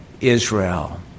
Israel